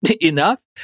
enough